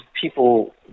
people